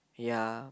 ya